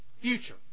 future